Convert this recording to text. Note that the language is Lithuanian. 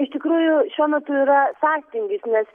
iš tikrųjų šiuo metu yra sąstingis nes